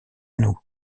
nous